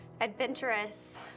adventurous